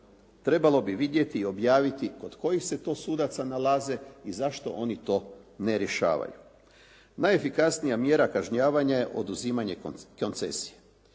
Trebalo bi vidjeti i objaviti kod kojih se to sudaca nalaze i zašto oni to ne rješavaju. Najefikasnija mjera kažnjavanja je oduzimanje koncesije